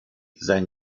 sein